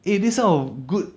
eh this type of good